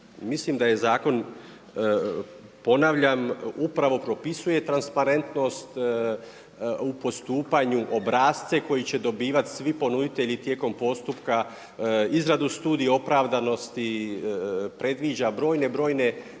Mislim da je zakon, ponavljam, upravo propisuje transparentnost, u postupanju, obrasce koji će dobivati svi ponuditelji tijekom postupka, izradu studiju opravdanosti, predviđa brojne, brojne